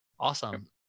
Awesome